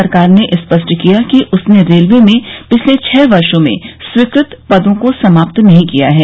सरकार ने स्पष्ट किया है कि उसने रेलवे में पिछले छह वर्षो में स्वीकृत पदों को समाप्त नहीं किया है